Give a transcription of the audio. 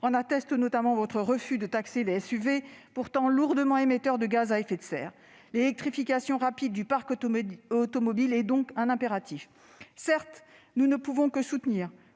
en atteste notamment votre refus de taxer les SUV, pourtant lourdement émetteurs de gaz à effet de serre. L'électrification rapide du parc automobile est un impératif. Certes, nous ne pouvons que soutenir